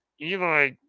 eli